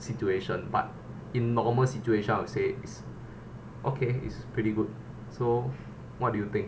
situation but in normal situation I would say it's okay is pretty good so what do you think